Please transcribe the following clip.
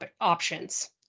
options